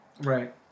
Right